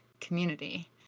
community